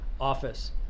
office